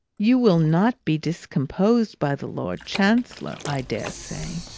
you will not be discomposed by the lord chancellor, i dare say?